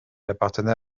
appartenait